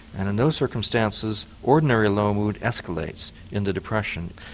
and in those circumstances ordinary low mood escalates into depression.